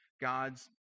God's